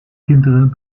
kinderen